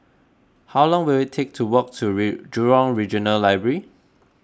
how long will it take to walk to Jurong Regional Library